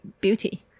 Beauty